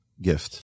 gift